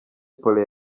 paulin